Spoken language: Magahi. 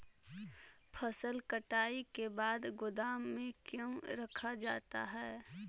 फसल कटाई के बाद गोदाम में क्यों रखा जाता है?